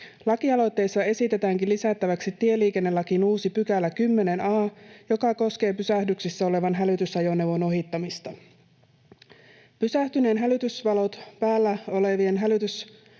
Lakialoitteessa esitetäänkin lisättäväksi tieliikennelakiin uusi 10 a §, joka koskee pysähdyksissä olevan hälytysajoneuvon ohittamista. Pysähtyneen, hälytysvalot päällä olevan hälytysajoneuvon